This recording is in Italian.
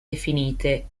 definite